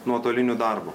nuotoliniu darbu